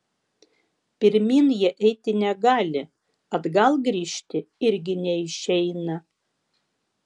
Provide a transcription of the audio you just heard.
pirmyn jie eiti negali atgal grįžti irgi neišeina